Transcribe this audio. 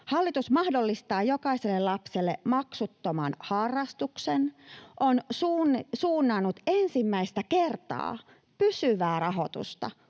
Hallitus mahdollistaa jokaiselle lapselle maksuttoman harrastuksen, on suunnannut ensimmäistä kertaa pysyvää rahoitusta